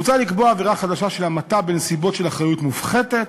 מוצע לקבוע עבירה חדשה של המתה בנסיבות של אחריות מופחתת,